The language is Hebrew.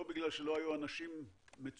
לא בגלל שלא היו אנשים מצוינים,